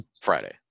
Friday